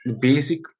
basic